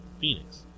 Phoenix